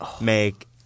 make